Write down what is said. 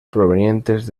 provenientes